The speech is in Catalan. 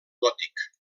gòtic